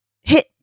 hit